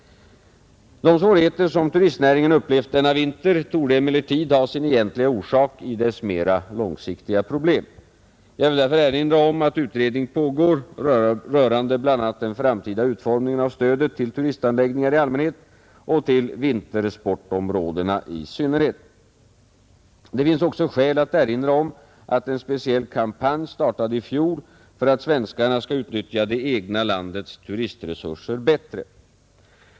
De svårigheter som turistnäringen upplevt denna vinter torde emellertid ha sin egentliga orsak i dess mera långsiktiga problem. Jag vill därför erinra om att utredning pågår rörande bl.a. den framtida utformningen av stödet till turistanläggningar i allmänhet och till vintersportområdena i synnerhet. Det finns också skäl att erinra om att en speciell kampanj startade i fjol för att svenskarna skall utnyttja det egna landets turistresurser bättre.